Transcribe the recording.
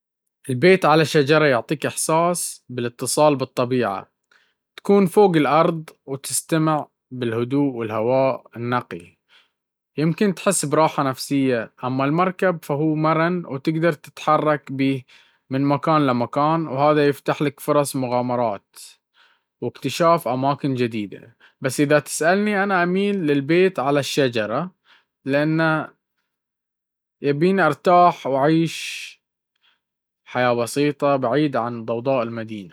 البيت على الشجرة يعطيك إحساس بالاتصال بالطبيعة، تكون فوق الأرض وتستمتع بالهدوء والهواء النقي، ويمكن تحس براحة نفسية. أما المركب، فهو مرن وتقدر تتحرك بيه من مكان لمكان، وهذا يفتح لك فرص مغامرات واكتشاف أماكن جديدة. بس إذا تسألني، أنا أميل للبيت على الشجرة، لأنه يبيني أرتاح وأعيش حياة بسيطة بعيد عن ضوضاء المدينة.